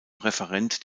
referent